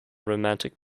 romantic